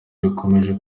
bikomeje